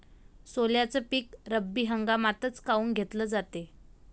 सोल्याचं पीक रब्बी हंगामातच काऊन घेतलं जाते?